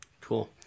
Cool